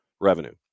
revenue